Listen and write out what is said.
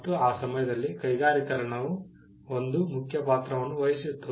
ಮತ್ತು ಆ ಸಮಯದಲ್ಲಿ ಕೈಗಾರೀಕರಣವು ಒಂದು ಮುಖ್ಯ ಪಾತ್ರವನ್ನು ವಹಿಸಿತ್ತು